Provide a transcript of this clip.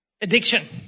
addiction